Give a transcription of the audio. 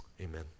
Amen